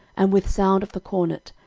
and with sound of the cornet,